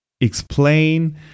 explain